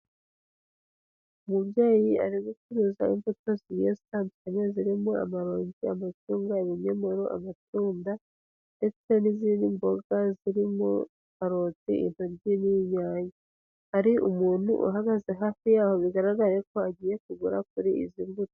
Umubyeyi ari gucuruza imbuto zigiye zitandukanye zirimo amaronji, amacunga, ibinyomoro, amatunda ndetse n'izindi mboga ziririmo karoti, intory n'inyanya, hari umuntu uhagaze hafi yaho bigaragare ko agiye kugura kuri izi mbuto.